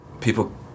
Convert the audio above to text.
People